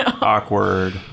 Awkward